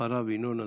אחריו, ינון אזולאי.